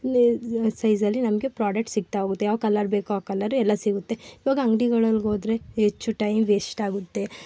ಸೈಝಲ್ಲಿ ನಮಗೆ ಪ್ರಾಡಕ್ಟ್ ಸಿಗ್ತಾಹೋಗುತ್ತೆ ಯಾವ ಕಲರ್ ಬೇಕು ಆ ಕಲರ್ ಎಲ್ಲ ಸಿಗುತ್ತೆ ಈವಾಗ ಅಂಗಡಿಗಳಲ್ಲಿ ಹೋದರೆ ಹೆಚ್ಚು ಟೈಮ್ ವೆಸ್ಟ್ ಆಗುತ್ತೆ